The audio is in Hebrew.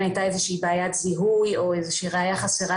הייתה איזו בעיית זיהוי או איזושהי ראייה חסרה,